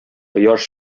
кояш